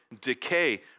decay